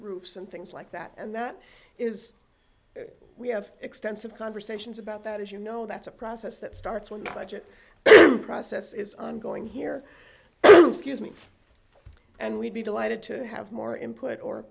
roofs and things like that and that is we have extensive conversations about that as you know that's a process that starts when the budget process is ongoing here scuse me and we'd be delighted to have more input or